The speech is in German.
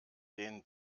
den